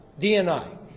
DNI